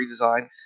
redesign